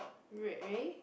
Ray~ Ray